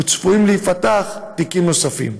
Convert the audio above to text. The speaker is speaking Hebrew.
וצפויה פתיחת תיקים נוספים.